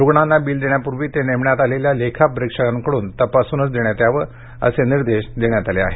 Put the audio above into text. रुग्णाला बिल देण्यापूर्वी ते नेमण्यात आलेल्या लेखा परिक्षकाकडून तपासूनच देण्यात यावे असे निर्देश देण्यात आले आहेत